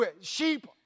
Sheep